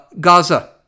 Gaza